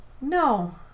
No